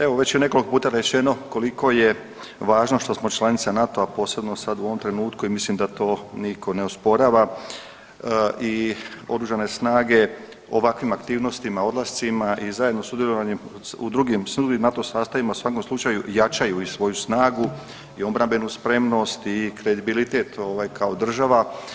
Evo, već je nekoliko puta rečeno koliko je važno što smo članica NATO-a, posebno sad u ovom trenutku i mislim da to nitko ne osporava i oružane snage ovakvim aktivnostima, odlascima i zajedno sudjelovanjem u drugim ... u svakom slučaju jačaju i svoju snagu i obrambenu spremnost i kredibilitet ovaj, kao država.